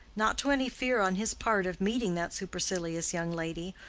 not to any fear on his part of meeting that supercilious young lady,